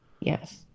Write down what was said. yes